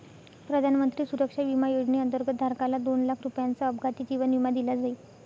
प्रधानमंत्री सुरक्षा विमा योजनेअंतर्गत, धारकाला दोन लाख रुपयांचा अपघाती जीवन विमा दिला जाईल